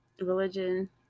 religion